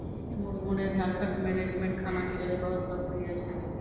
मुरमुरे झारखंड मे रेडीमेड खाना के लेली बहुत लोकप्रिय छै